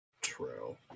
True